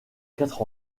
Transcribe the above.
quatre